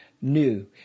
new